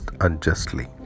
unjustly